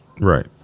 Right